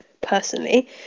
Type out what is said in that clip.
personally